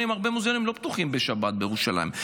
הרבה מוזיאונים לא פתוחים בשבת בירושלים.